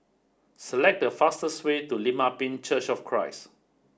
select the fastest way to Lim Ah Pin Church of Christ